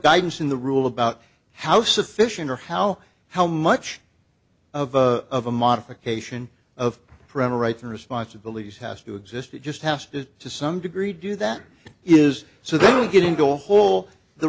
guidance in the rule about how sufficient or how how much of a of a modification of parental rights and responsibilities has to exist it just has to to some degree do that is so they don't get into a whole the